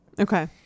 Okay